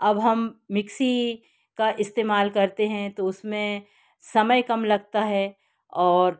अब हम मिक्सी का इस्तेमाल करते हैं तो उसमें समय कम लगता है और